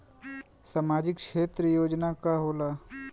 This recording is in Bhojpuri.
सामाजिक क्षेत्र योजना का होला?